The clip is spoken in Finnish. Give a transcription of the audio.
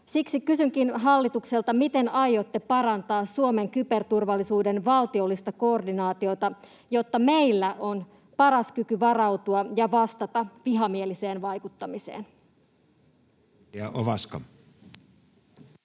Siksi kysynkin hallitukselta: miten aiotte parantaa Suomen kyberturvallisuuden valtiollista koordinaatiota, jotta meillä on paras kyky varautua ja vastata vihamieliseen vaikuttamiseen?